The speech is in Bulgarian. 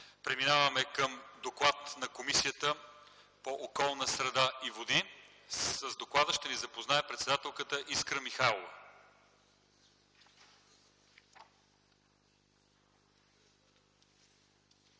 Преминаваме към доклад на Комисията по околната среда и водите. С доклада ще ни запознае председателката й Искра Михайлова.